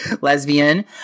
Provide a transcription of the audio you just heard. lesbian